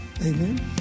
Amen